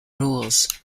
rules